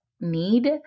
need